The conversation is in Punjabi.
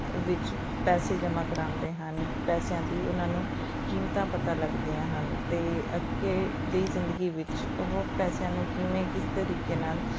ਵਿੱਚ ਪੈਸੇ ਜਮ੍ਹਾਂ ਕਰਾਉਂਦੇ ਹਨ ਪੈਸਿਆਂ ਦੀ ਉਨ੍ਹਾਂ ਨੂੰ ਕੀਮਤਾਂ ਪਤਾ ਲੱਗਦੀਆਂ ਹਨ ਅਤੇ ਅੱਗੇ ਦੀ ਜ਼ਿੰਦਗੀ ਵਿੱਚ ਉਹ ਪੈਸਿਆਂ ਨੂੰ ਕਿਵੇਂ ਕਿਸ ਤਰੀਕੇ ਨਾਲ